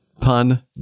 Pun